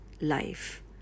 life